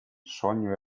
sogno